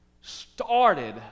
started